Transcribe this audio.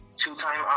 two-time